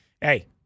hey